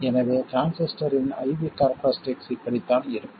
எனவே டிரான்சிஸ்டரின் I V characteristics இப்படித்தான் இருக்கும்